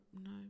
no